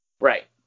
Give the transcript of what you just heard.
Right